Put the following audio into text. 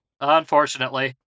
Unfortunately